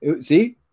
see